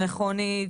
מכונית,